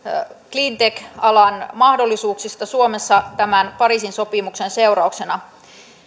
cleantech alan mahdollisuuksista suomessa tämän pariisin sopimuksen seurauksena